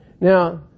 now